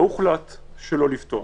לא הוחלט שלא לפתוח,